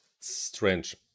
Strange